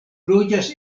loĝas